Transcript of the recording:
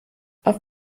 auf